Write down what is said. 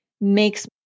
makes